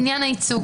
לגבי עניין הייצוג,